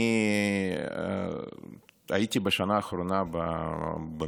אני הייתי בשנה האחרונה במשלחות,